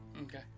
Okay